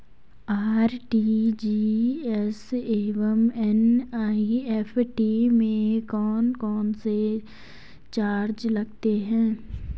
RTGS एवं NEFT में कौन कौनसे चार्ज लगते हैं?